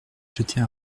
jeter